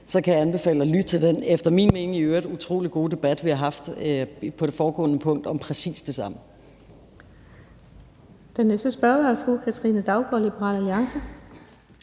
så kan jeg anbefale at lytte til den efter min mening i øvrigt utrolig gode debat, vi har haft under det foregående punkt om præcis det samme. Kl. 11:02 Den fg. formand (Birgitte